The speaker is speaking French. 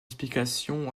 explication